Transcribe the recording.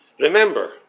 remember